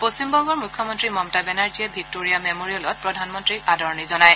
পশ্চিমবংগৰ মুখ্যমন্ত্ৰী মমতা বেনাৰ্জীয়ে ভিক্টৰিয়া মেমৰিয়েলত প্ৰধানমন্ত্ৰীক আদৰণি জনায়